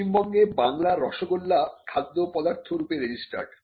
পশ্চিমবঙ্গে বাংলার রসগোল্লা খাদ্য পদার্থ রূপে রেজিস্টার্ড